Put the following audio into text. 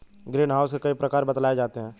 green house के कई प्रकार बतलाए जाते हैं